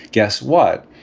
guess what?